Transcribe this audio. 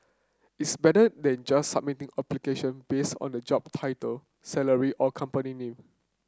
it's better than just submitting application based on the job title salary or company name